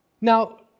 Now